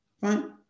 Fine